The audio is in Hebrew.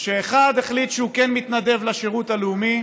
שאחד החליט שהוא כן מתנדב לשירות הלאומי